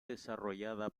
desarrollada